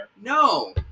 no